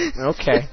Okay